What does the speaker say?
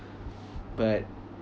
but